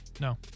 No